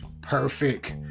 perfect